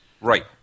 Right